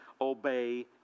obey